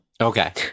Okay